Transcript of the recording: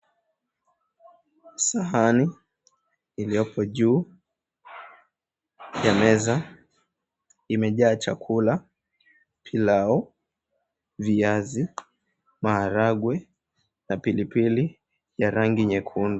Sahani iliyoko juu ya meza imejaa chakula, pilau, viazi, maharagwe na pilipili ya rangi nyekundu.